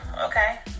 Okay